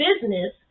business